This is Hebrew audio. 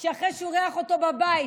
אחרי שהוא אירח אותו בבית